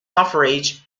suffrage